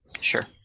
Sure